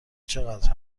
چقدر